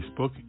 Facebook